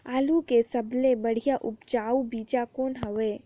आलू के सबले बढ़िया उपजाऊ बीजा कौन हवय?